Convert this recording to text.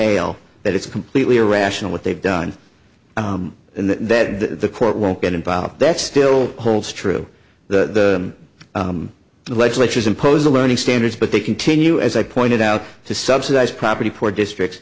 pale that it's completely irrational what they've done in the bed the court won't get involved that still holds true the legislatures impose a learning standards but they continue as i pointed out to subsidize property poor districts